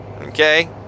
okay